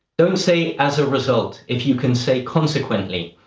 don't say as a result if you can say consequently.